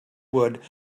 wood